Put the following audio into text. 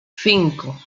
cinco